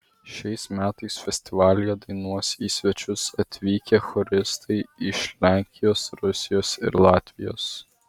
šiais metais festivalyje dainuos į svečius atvykę choristai iš lenkijos rusijos ir latvijos